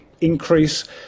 increase